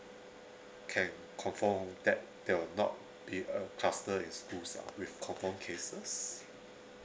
can confirm that there will not be a cluster in schools lah with confirmed cases